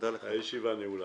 אין נמנעים,